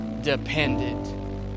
dependent